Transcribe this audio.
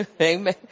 Amen